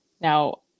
Now